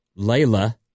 Layla